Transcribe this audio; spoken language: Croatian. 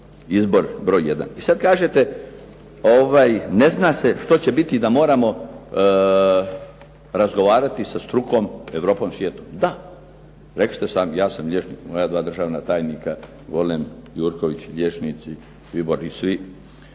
izbor broj jedan. I sad kažete ne zna se što će biti da moramo razgovarati sa strukom, Europom, svijetom. Da, rekli ste sami. Ja sam liječnik. Moja dva državna tajnika Golem, Jurković, liječnici Vibor i svi